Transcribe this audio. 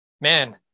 Man